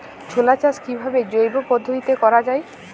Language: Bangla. ছোলা চাষ কিভাবে জৈব পদ্ধতিতে করা যায়?